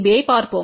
பியைப்பார்ப்போம்